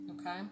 Okay